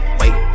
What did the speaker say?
wait